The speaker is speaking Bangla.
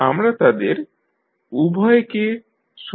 আমরা তাদের উভয়কে সমান্তরালভাবে যুক্ত করব